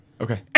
Okay